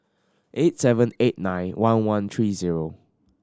eight seven eight nine one one three zero